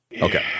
okay